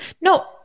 No